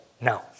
no